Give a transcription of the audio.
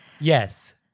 Yes